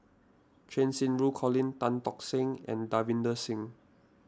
Cheng Xinru Colin Tan Tock San and Davinder Singh